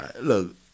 Look